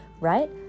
right